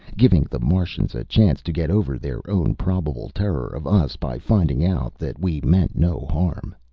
giving the martians a chance to get over their own probable terror of us by finding out that we meant no harm.